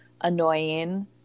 annoying